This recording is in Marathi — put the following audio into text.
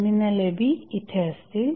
टर्मिनल a b इथे असतील